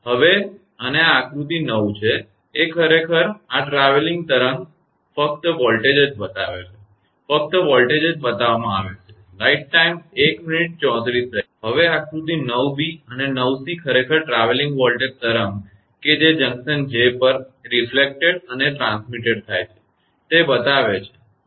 હવે અને આ આકૃતિ 9 છે એ ખરેખર આ ટ્રાવેલીંગ વેવતરંગ ફક્ત વોલ્ટેજ જ બતાવે છે ફક્ત વોલ્ટેજ જ બતાવવામાં આવેલ છે હવે આકૃતિ 9 અને 9 ખરેખર ટ્રાવેલિંગ વોલ્ટેજ તરંગ કે જે જંકશન J પર પ્રતિબિંબિત અને પ્રસારિત થાય છે તે બતાવે છે